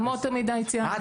אמות מידה הציע המבקר.